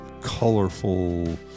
colorful